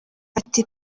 ati